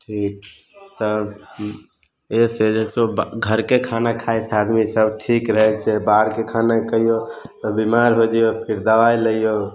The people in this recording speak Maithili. ठीक तब की एहि से जाहिसे घरके खाना खाइ छै आदमी तब ठीक रहै छै बाहरके खाना खइयौ तऽ बिमार हो जइयौ फिर दबाइ लियौ